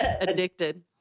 Addicted